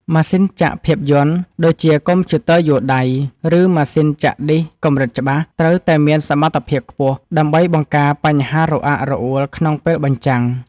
ម៉ាស៊ីនចាក់ភាពយន្ត ដូចជាកុំព្យូទ័រយួរដៃ ឬម៉ាស៊ីនចាក់ឌីសកម្រិតច្បាស់ ត្រូវតែមានសមត្ថភាពខ្ពស់ ដើម្បីបង្ការបញ្ហារអាក់រអួលក្នុងពេលបញ្ចាំង។